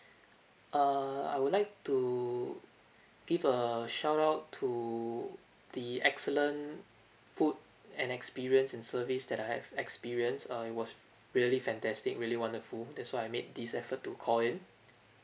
err I would like to give a shout out to the excellent food and experience in service that I have experience uh it was really fantastic really wonderful that's why I made this effort to call in